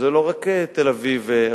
זה לא רק תל-אביב והרצלייה,